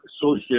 social